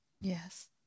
Yes